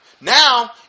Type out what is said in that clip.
Now